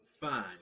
fine